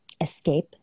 escape